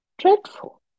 dreadful